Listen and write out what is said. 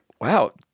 wow